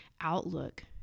outlook